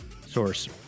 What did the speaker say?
source